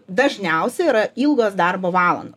dažniausia yra ilgos darbo valan